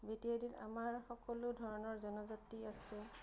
B T A ডিত আমাৰ সকলো ধৰণৰ জনজাতি আছে